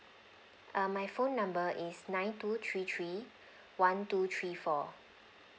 um my phone number is nine two three three one two three four